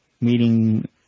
meeting